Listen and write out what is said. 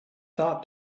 thought